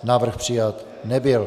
Návrh přijat nebyl.